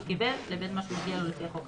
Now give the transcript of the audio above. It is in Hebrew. קיבל לבין מה שמגיע לו לפי החוק החדש.